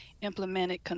implemented